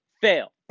fail